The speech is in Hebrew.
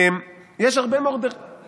יש הרבה מרדכי